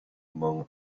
among